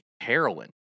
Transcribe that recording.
heroin